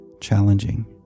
challenging